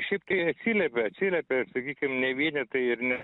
šiaip tai atsiliepė atsiliepė sakykim ne vienetai ir ne